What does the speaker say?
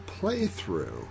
Playthrough